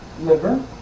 liver